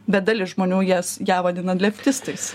bet dalis žmonių jas ją vadina leftistais